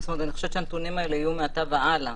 הנתונים האלה יהיו מעתה והלאה,